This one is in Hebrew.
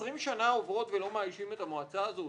20 שנה עוברות ולא מאיישים את המועצה הזו?